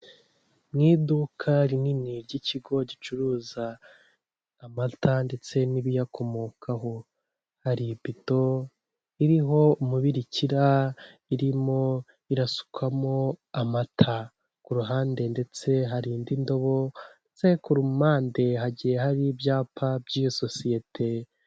Mu iduka rinini ry'ikigo gicuruza amata ndetse n'ibiyakomokaho; hari ibido iriho umubirikira irimo irasukwamo amata; ku ruhande ndetse hari indi ndobo ndetse ku mpande hagiye hari ibyapa by'iyo sosiyete.